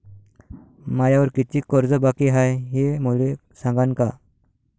मायावर कितीक कर्ज बाकी हाय, हे मले सांगान का?